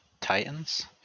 titans